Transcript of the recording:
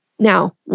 Now